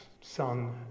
son